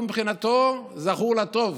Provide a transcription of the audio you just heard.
הוא מבחינתו זכור לטוב,